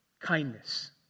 Kindness